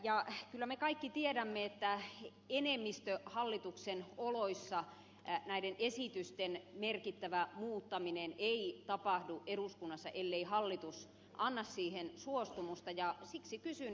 kyllä me kaikki tiedämme että enemmistöhallituksen oloissa näiden esitysten merkittävä muuttaminen ei tapahdu eduskunnassa ellei hallitus anna siihen suostumusta ja siksi kysyn